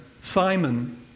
Simon